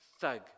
thug